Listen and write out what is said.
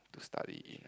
to study in